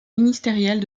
ministériels